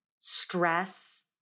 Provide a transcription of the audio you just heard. stress